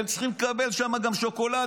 הם צריכים לקבל שם גם שוקולדים.